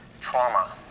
trauma